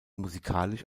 musikalisch